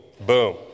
Boom